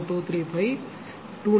0235294 2